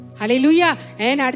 Hallelujah